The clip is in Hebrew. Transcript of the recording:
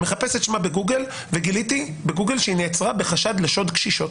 אני מחפש את שמה בגוגל וגיליתי שהיא נעצרה בחשד לשוד קשישות,